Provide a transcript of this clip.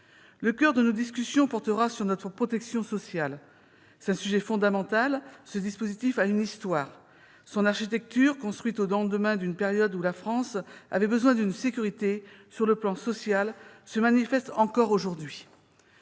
Le coeur de nos discussions portera sur notre protection sociale, un sujet fondamental. Ce dispositif a une histoire : son architecture, construite au lendemain d'une période où la France avait besoin d'une sécurité sur le plan social, se manifeste encore aujourd'hui.